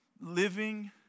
living